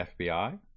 FBI